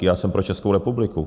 Já jsem pro Českou republiku.